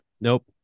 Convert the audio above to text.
nope